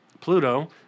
Pluto